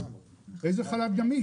איזה חל"ת גמיש?